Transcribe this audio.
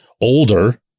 older